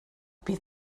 bydd